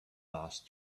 passed